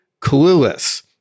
clueless